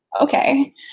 okay